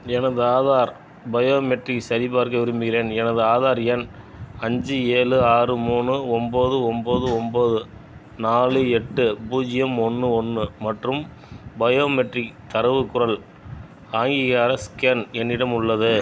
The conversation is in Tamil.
எனது ஆதார் பயோமெட்ரிக்ஸ் சரிபார்க்க விரும்புகிறேன் எனது ஆதார் எண் அஞ்சு ஏழு ஆறு மூணு ஒன்போது ஒன்போது ஒன்போது நாலு எட்டு பூஜ்யம் ஒன்று ஒன்று மற்றும் பயோமெட்ரிக் தரவு குரல் அங்கீகார ஸ்கேன் என்னிடம் உள்ளது